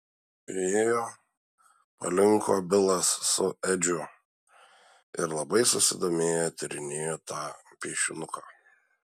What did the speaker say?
priėjo palinko bilas su edžiu ir labai susidomėję tyrinėjo tą piešinuką